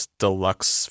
deluxe